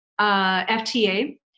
FTA